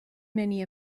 many